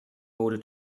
order